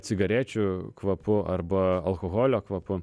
cigarečių kvapu arba alkoholio kvapu